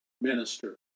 minister